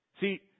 See